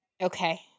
Okay